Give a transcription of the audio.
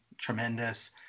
Tremendous